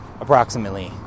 approximately